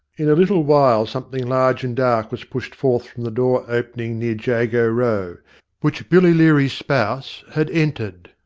in a little while something large and dark was pushed forth from the door-opening near jago row which billy leary's spouse had entered.